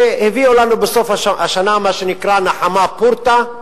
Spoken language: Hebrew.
והביאו לנו בסוף השנה, מה שנקרא נחמה פורתא,